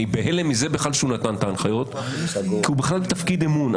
אני בהלם מזה שהוא נתן את ההנחיות כי מדובר בכלל בתפקיד אמון.